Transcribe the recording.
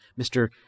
Mr